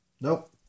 Nope